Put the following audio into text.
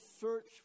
search